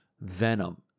venom